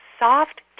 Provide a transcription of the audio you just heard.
Soft